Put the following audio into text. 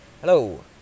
Hello